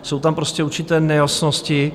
Jsou tam prostě určité nejasnosti.